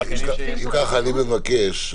אם כך, אני מבקש,